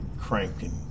cranking